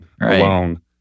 alone